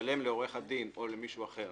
לשלם לעורך הדין או למישהו אחר